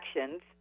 actions